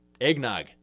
Eggnog